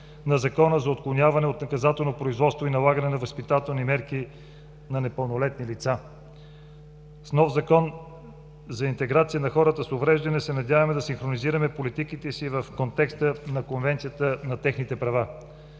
на Закона за отклоняване от наказателно производство и налагане на възпитателни мерки на непълнолетни лица. С нов Закон за интеграция на хората с увреждания се надяваме да синхронизираме политиките си в контекста на Конвенцията за техните права.